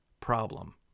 problem